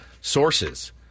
Sources